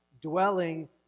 dwelling